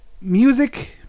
music